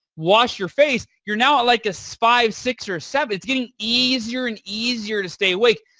wash your face, you're now like a so five, six or seven. it's getting easier and easier to stay awake.